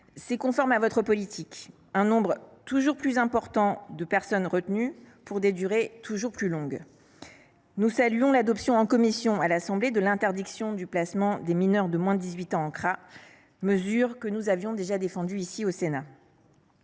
est conforme à votre politique : un nombre toujours plus important de personnes retenues, pour des durées toujours plus longues. Nous saluons l’adoption par la commission des lois de l’Assemblée nationale de l’interdiction du placement en CRA des mineurs de 18 ans, mesure que nous avions déjà défendue au Sénat.